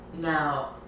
Now